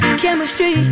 chemistry